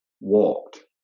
walked